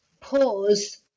pause